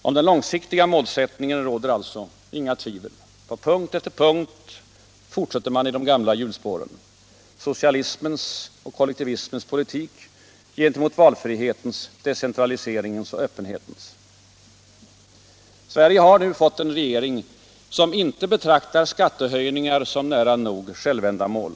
Om den långsiktiga målsättningen råder alltså inga tvivel. På punkt efter punkt fortsätter man i de gamla hjulspåren — socialismens och kollektivismens politik gentemot valfrihetens, decentraliseringens och öppenhetens. Sverige har fått en regering som inte betraktar skattehöjningar som nära nog självändamål.